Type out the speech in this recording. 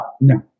no